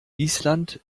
island